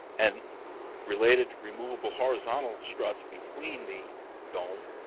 and related removable horizontal struts between the dome,